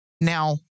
Now